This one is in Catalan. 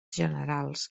generals